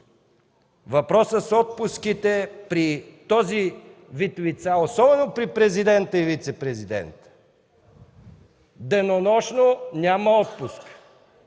Въпросът с отпуските при този вид лица, особено при президента и вицепрезидента, е денонощно, няма отпуск.